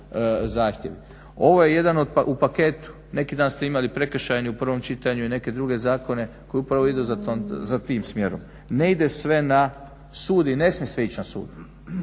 zahtjevi. Ovo je jedan u paketu. Neki dan ste imali prekršajni u prvom čitanju i neke druge zakone koji upravo idu za tim smjerom. Ne ide sve na sud i ne smije sve ići na sud.